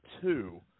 two